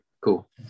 Cool